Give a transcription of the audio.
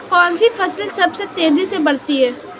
कौनसी फसल सबसे तेज़ी से बढ़ती है?